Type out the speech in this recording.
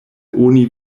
oni